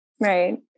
right